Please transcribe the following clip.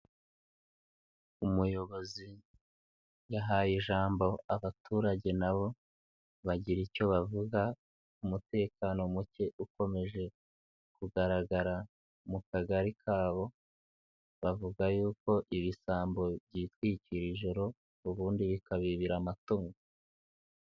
Umuyobozi yahaye ijambo abaturage na bo bagira icyo bavuga ku mutekano muke ukomeje kugaragara mu kagari kabo bavuga yuko ibisambo byitwikira ijoro ubundi bikabibira amatungo.